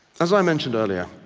as i mentioned earlier,